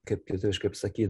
kaip lietuviškai pasakyt